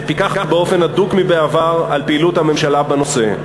שפיקח באופן הדוק מבעבר על פעילות הממשלה בנושא.